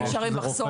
יש הרי מחסור.